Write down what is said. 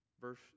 verse